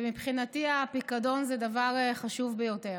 ומבחינתי הפיקדון זה דבר חשוב ביותר.